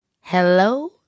Hello